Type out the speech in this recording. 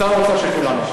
שר האוצר של כולנו,